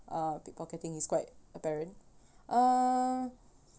uh pickpocketing is quite apparent uh